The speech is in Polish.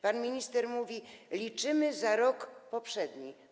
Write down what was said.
Pan minister mówi: liczymy za rok poprzedni.